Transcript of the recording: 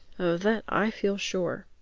of that i feel sure.